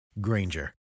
Granger